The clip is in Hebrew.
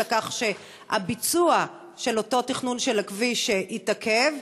לכך שהביצוע של אותו תכנון של הכביש התעכב,